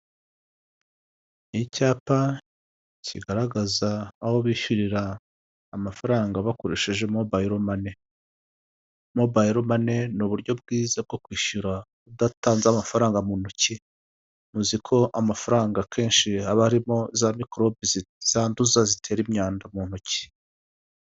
Mu muhanda harimo imodoka isize irangi ry'ubururu, imbere harimo haraturukayo ipikipiki ihetse umuntu, hirya gatoya hahagaze umuntu, ku muhanda hari ibiti binini cyane.